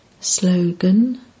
Slogan